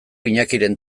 iñakiren